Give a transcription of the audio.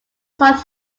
sought